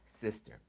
sister